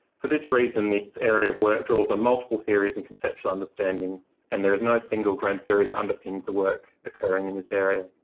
for this reason, this area of work draws on multiple theories and conceptual understandings. and there is no single grain theory that underpins the work occurring in this area.